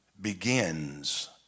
begins